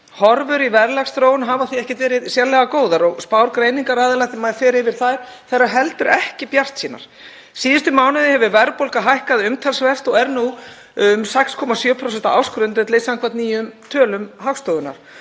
Horfur í verðlagsþróun hafa því ekki verið sérlega góðar og spár greiningaraðila, þegar maður fer yfir þær, eru heldur ekki bjartsýnar. Síðustu mánuði hefur verðbólgan hækkað umtalsvert og er nú um 6,7% á ársgrundvelli samkvæmt nýjum tölum Hagstofunnar